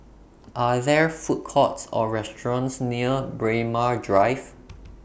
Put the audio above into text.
Are There Food Courts Or restaurants near Braemar Drive